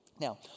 Now